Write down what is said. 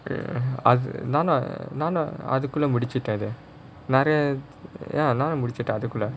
நானும் நானும் அது குள்ள முடிச்சிட்டேன் நெறய நானும் முடிச்சிட்டேன் அது குள்ள:naanum naanum athu kulla mudichittaen neraya naanum mudichittaen athu kulla